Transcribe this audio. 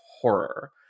horror